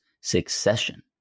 Succession